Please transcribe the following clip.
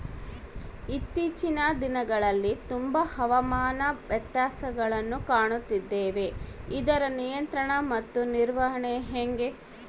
ಇತ್ತೇಚಿನ ದಿನಗಳಲ್ಲಿ ತುಂಬಾ ಹವಾಮಾನ ವ್ಯತ್ಯಾಸಗಳನ್ನು ಕಾಣುತ್ತಿದ್ದೇವೆ ಇದರ ನಿಯಂತ್ರಣ ಮತ್ತು ನಿರ್ವಹಣೆ ಹೆಂಗೆ?